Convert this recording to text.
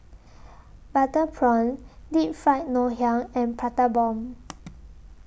Butter Prawn Deep Fried Ngoh Hiang and Prata Bomb